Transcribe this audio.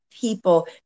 People